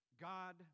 God